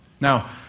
Now